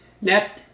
Next